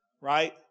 right